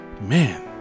Man